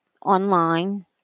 online